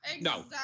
No